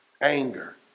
anger